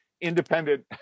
independent